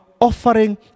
offering